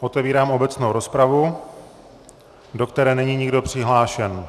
Otevírám obecnou rozpravu, do které není nikdo přihlášen.